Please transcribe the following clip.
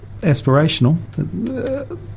aspirational